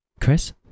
chris